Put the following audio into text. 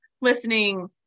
listening